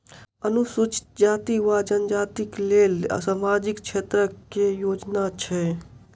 अनुसूचित जाति वा जनजाति लेल सामाजिक क्षेत्रक केँ योजना छैक?